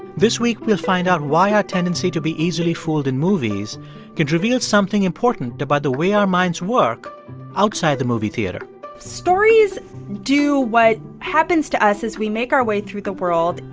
this week, we'll find out why our tendency to be easily fooled in movies can reveal something important about the way our minds work outside the movie theater stories do what happens to us is we make our way through the world.